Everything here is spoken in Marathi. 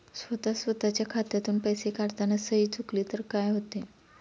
स्वतः स्वतःच्या खात्यातून पैसे काढताना सही चुकली तर काय होते?